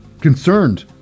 concerned